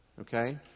okay